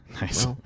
nice